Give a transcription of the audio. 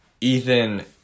Ethan